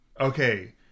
okay